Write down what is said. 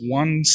one